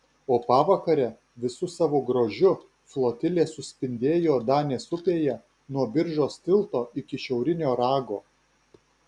o pavakare visu savo grožiu flotilė suspindėjo danės upėje nuo biržos tilto iki šiaurinio rago